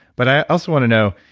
but i also want to know,